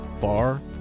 far